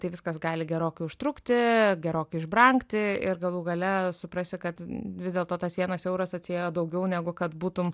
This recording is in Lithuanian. tai viskas gali gerokai užtrukti gerokai išbrangti ir galų gale suprasti kad vis dėlto tas vienas euras atsiėjo daugiau negu kad būtum